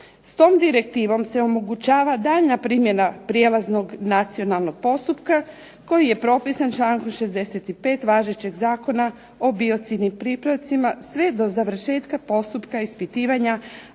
S tom direktivom se omogućava daljnja primjena prijelaznog nacionalnog postupka koji je propisan člankom 65. važećeg Zakona o biocidnim pripravcima sve do završetka postupka ispitivanja